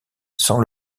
sans